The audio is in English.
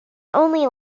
only